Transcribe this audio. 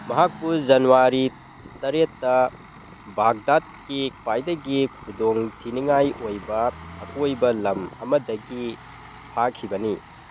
ꯃꯍꯥꯛꯄꯨ ꯖꯅꯨꯋꯥꯔꯤ ꯇꯔꯦꯠꯇ ꯕꯥꯛꯗꯥꯠꯀꯤ ꯈ꯭ꯋꯥꯏꯗꯒꯤ ꯈꯨꯗꯣꯡꯊꯤꯅꯤꯡꯉꯥꯏ ꯑꯣꯏꯕ ꯑꯀꯣꯏꯕ ꯂꯝ ꯑꯃꯗꯒꯤ ꯐꯥꯈꯤꯕꯅꯤ